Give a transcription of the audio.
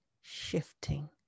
shifting